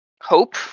hope